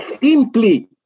simply